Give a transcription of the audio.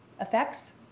effects